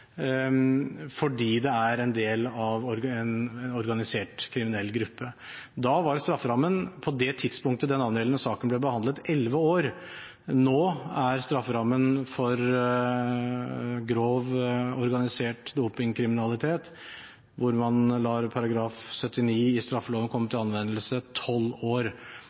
på det tidspunktet den angjeldende saken ble behandlet, var elleve år. Nå er strafferammen for grov organisert dopingkriminalitet, hvor man lar § 79 i straffeloven komme til anvendelse, tolv år.